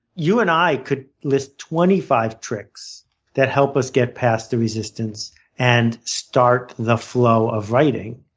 you and i could list twenty five tricks that help us get past the resistance and start the flow of writing.